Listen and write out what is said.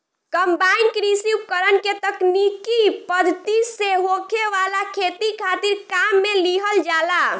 combine कृषि उपकरण के तकनीकी पद्धति से होखे वाला खेती खातिर काम में लिहल जाला